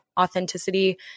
authenticity